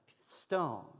stone